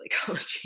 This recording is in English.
psychology